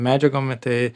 medžiagom tai